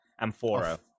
Amphora